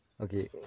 okay